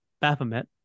Baphomet